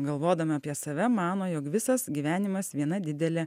galvodama apie save mano jog visas gyvenimas viena didelė